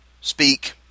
speak